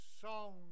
song